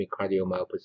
cardiomyopathy